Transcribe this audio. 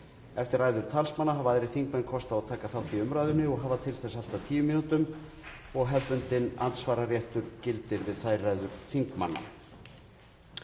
Eftir ræður talsmanna hafa aðrir þingmenn kost á að taka þátt í umræðunni og hafa til þess allt að tíu mínútur og hefðbundinn andsvararéttur gildir við þær ræður þingmanna.